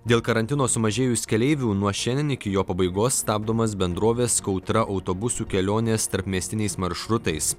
dėl karantino sumažėjus keleivių nuo šiandien iki jo pabaigos stabdomas bendrovės kautra autobusų kelionės tarpmiestiniais maršrutais